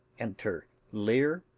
enter lear,